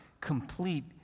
complete